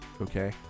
okay